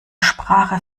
sprache